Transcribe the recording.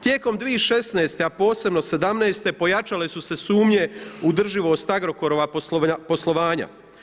Tijekom 2016., a posebno 2017. pojačale su se sumnje u održivost Agrokorova poslovanja.